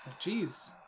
Jeez